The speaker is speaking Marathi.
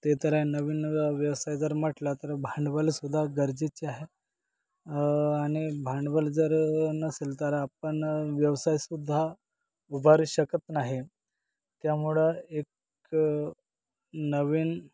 ते तर आहे नवीन व्यवसाय जर म्हटलं तर भांडवलसुद्धा गरजेचे आहे आणि भांडवल जर नसेल तर आपण व्यवसायसुद्धा उभारू शकत नाही त्यामुळं एक नवीन